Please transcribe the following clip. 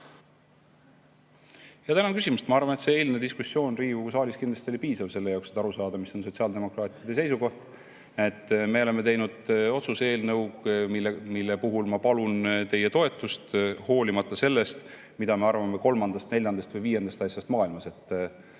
Tänan küsimast! Ma arvan, et see eilne diskussioon Riigikogu saalis oli kindlasti piisav selleks, et aru saada, mis on sotsiaaldemokraatide seisukoht. Me oleme teinud otsuse eelnõu, millele ma palun teie toetust, hoolimata sellest, mida me arvame kolmandast, neljandast või viiendast asjast maailmas.